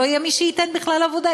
לא יהיה מי שייתן בכלל עבודה,